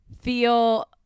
feel